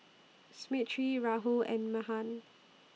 Rahul and Mahan